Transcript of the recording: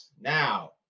now